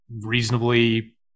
reasonably